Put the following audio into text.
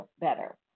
better